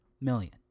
million